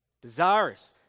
desirous